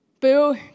Boo